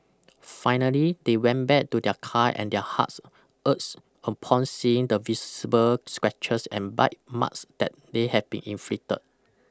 finally they went back to their car and their hearts ached upon seeing the visible scratches and bite marks that they had been inflicted